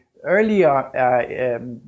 Earlier